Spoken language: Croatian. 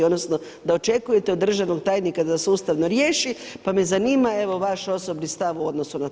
Odnosno, da očekujete od državnog tajnika da sustavno riješi, pa me zanima, evo, vaš osobni stav, u odnosu na to.